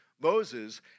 Moses